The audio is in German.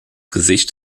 gesicht